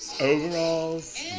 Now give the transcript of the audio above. Overalls